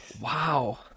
Wow